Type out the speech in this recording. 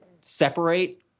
separate